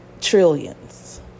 Trillions